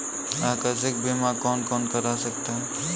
आकस्मिक बीमा कौन कौन करा सकता है?